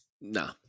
No